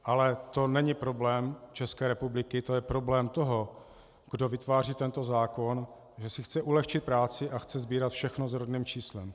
Ale to není problém České republiky, to je problém toho, kdo vytváří tento zákon a kdo si chce ulehčit práci a chce sbírat všechno s rodným číslem.